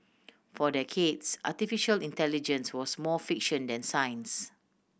for decades artificial intelligence was more fiction than science